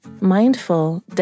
mindful